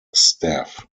staff